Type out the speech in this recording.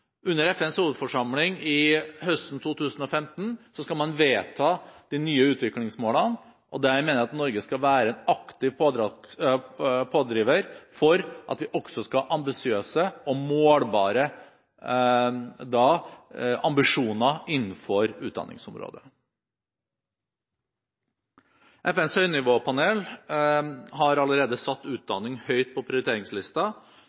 Under FNs hovedforsamling høsten 2015 skal man vedta de nye utviklingsmålene. Der mener jeg at Norge skal være en aktiv pådriver for at vi skal ha ambisiøse og målbare ambisjoner innenfor utdanningsområdet. FNs høynivåpanel har allerede satt